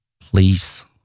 please